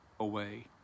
away